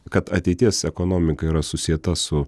kad ateities ekonomika yra susieta su